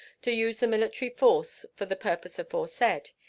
to use the military force for the purpose aforesaid,